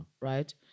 right